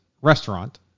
restaurant